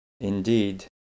Indeed